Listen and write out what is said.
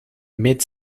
mid